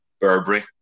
Burberry